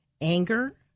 Anger